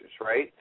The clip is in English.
right